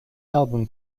album